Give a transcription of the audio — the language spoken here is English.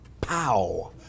Pow